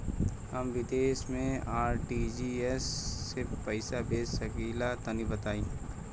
हम विदेस मे आर.टी.जी.एस से पईसा भेज सकिला तनि बताई?